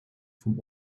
vom